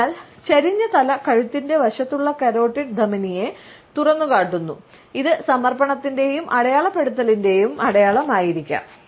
അതിനാൽ ചരിഞ്ഞ തല കഴുത്തിന്റെ വശത്തുള്ള കരോട്ടിഡ് ധമനിയെ തുറന്നുകാട്ടുന്നു ഇത് സമർപ്പണത്തിന്റെയും അടയാളപ്പെടുത്തലിന്റെയും അടയാളമായിരിക്കാം